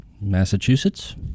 Massachusetts